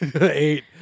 eight